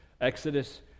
Exodus